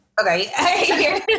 Okay